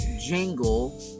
jingle